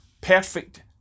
perfect